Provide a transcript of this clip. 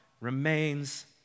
remains